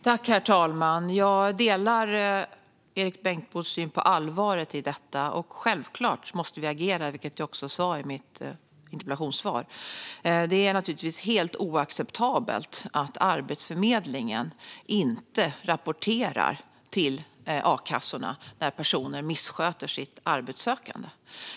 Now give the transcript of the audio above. Herr talman! Jag delar Erik Bengtzboes syn på allvaret i detta. Självklart måste vi agera, vilket jag också sa i mitt interpellationssvar. Det är naturligtvis helt oacceptabelt att Arbetsförmedlingen inte rapporterar till a-kassorna när personer missköter sitt arbetssökande.